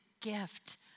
gift